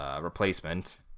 replacement